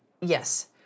yes